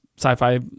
sci-fi